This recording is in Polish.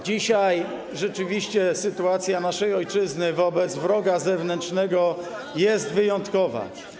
Dzisiaj rzeczywiście sytuacja naszej ojczyzny wobec wroga zewnętrznego jest wyjątkowa.